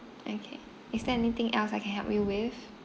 okay is there anything else I can help you with